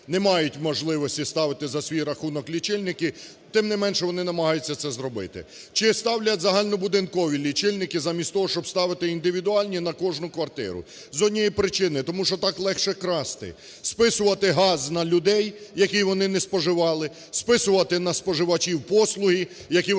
які не мають можливості ставити за свій рахунок лічильники, тим не менше, вони намагаються це зробити чи ставлять загальнобудинкові лічильники замість того, щоб ставити індивідуальні на кожну квартиру? З однієї причини: тому що так легше красти – списувати газ на людей, який вони не споживали, списувати на споживачів послуги, які вони